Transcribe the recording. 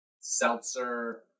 seltzer